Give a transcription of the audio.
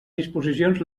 disposicions